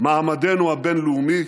מעמדנו הבין-לאומי,